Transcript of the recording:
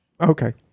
Okay